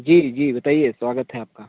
जी जी बताईये स्वागत है आपका